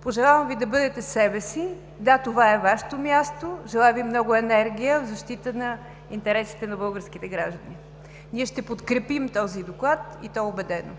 Пожелавам Ви да бъдете себе си – да това е Вашето място! Желая Ви много енергия в защита на интересите на българските граждани! Ние ще подкрепим този доклад и то убедено.